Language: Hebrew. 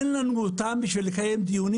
אין לנו אותם בשביל לקיים דיונים,